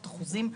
בעשרות אחוזים,